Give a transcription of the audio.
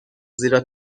زیرا